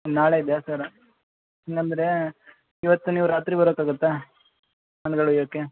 ನಾಳೆದ sir ಇಲ್ಲ ಅಂದ್ರೆ ಇವತ್ತು ನೀವು ರಾತ್ರಿ ಬರೋಕ್ಕಾಗುತ್ತಾ ಹಣ್ಗಳು ಒಯ್ಯೋಕೆ